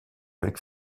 avec